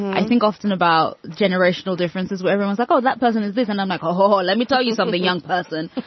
i think often about generational differences where everyone's like, oh, that person is this anomic? ho, ho, ho. let me tell you something. a young person.